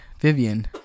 Vivian